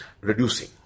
reducing